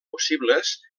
possibles